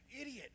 idiot